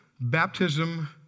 Baptism